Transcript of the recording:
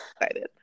excited